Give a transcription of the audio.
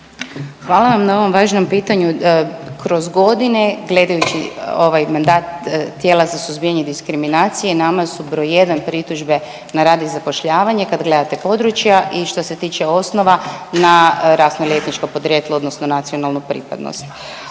Hvala vam na ovom važnom pitanje. Kroz godine gledajući ovaj mandat tijela za suzbijanje diskriminacije nama su br. 1. pritužbe na rad i zapošljavanje kad gledate područje i što se tiče osnova na rasno ili etničko podrijetlo odnosno nacionalnu pripadnost.